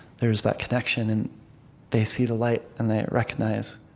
there's that connection. and they see the light, and they recognize